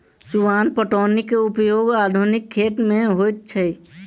चुआन पटौनीक उपयोग आधुनिक खेत मे होइत अछि